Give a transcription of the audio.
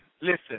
listen